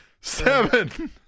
Seven